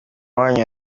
wanyu